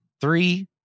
Three